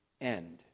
end